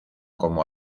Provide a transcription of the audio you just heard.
como